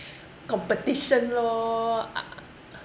competition lor